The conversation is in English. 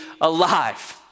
alive